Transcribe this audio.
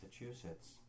Massachusetts